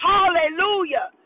Hallelujah